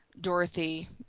Dorothy